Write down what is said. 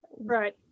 right